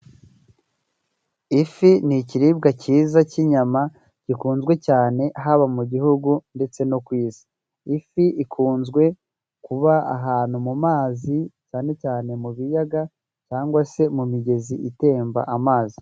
Ifi ni ikiribwa cyiza cy'inyama gikunzwe cyane, haba mu gihugu ndetse no ku isi. Ifi ikunzwe kuba ahantu mu mazi cyane cyane mu biyaga, cyangwa se mu migezi itemba amazi.